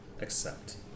accept